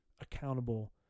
accountable